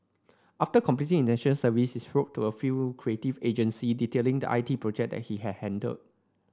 after completing his National Service he wrote to a few creative agency detailing the I T project he had handled